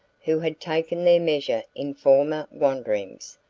who had taken their measure in former wanderings,